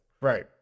right